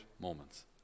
moments